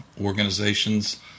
organizations